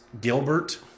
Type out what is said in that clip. Gilbert